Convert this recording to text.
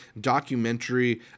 documentary